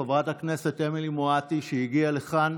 חברת הכנסת אמילי מואטי הגיעה לכאן